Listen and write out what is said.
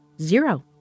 Zero